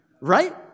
right